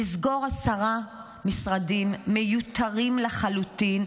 לסגור עשרה משרדים מיותרים לחלוטין,